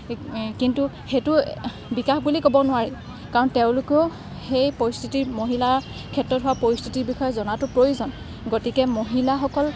কিন্তু সেইটো বিকাশ বুলি ক'ব নোৱাৰি কাৰণ তেওঁলোকেও সেই পৰিস্থিতিত মহিলাৰ ক্ষেত্ৰত হোৱা পৰিস্থিতিৰ বিষয়ে জনাতো প্ৰয়োজন গতিকে মহিলাসকল